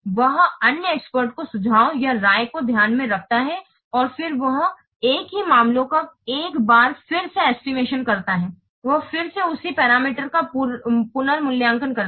वह अन्य एक्सपर्ट्स के सुझावों या राय को ध्यान में रखता है और फिर वह एक ही मामलों का एक बार फिर से एस्टिमेशन करता है वह फिर से उसी पैरामीटर का पुनर्मूल्यांकन करता है